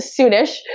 soonish